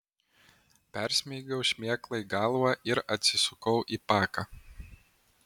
persmeigiau šmėklai galvą ir atsisukau į paką